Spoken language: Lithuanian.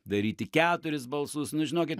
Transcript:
daryti keturis balsus nu žinokit